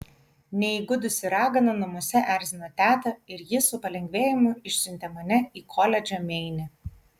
neįgudusi ragana namuose erzino tetą ir ji su palengvėjimu išsiuntė mane į koledžą meine